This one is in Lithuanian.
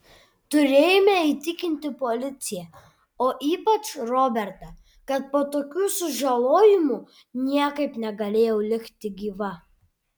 turėjome įtikinti policiją o ypač robertą kad po tokių sužalojimų niekaip negalėjau likti gyva